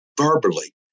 verbally